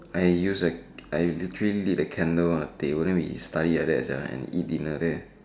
I used a I literally lit a candle on the table then we study like that sia and eat dinner there